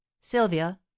sylvia